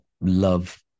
love